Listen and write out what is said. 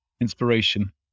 inspiration